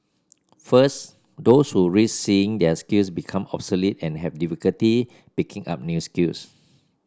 first those who risk seeing their skills become obsolete and have difficulty picking up new skills